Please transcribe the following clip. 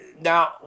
Now